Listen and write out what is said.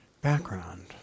background